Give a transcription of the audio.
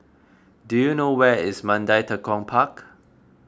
do you know where is Mandai Tekong Park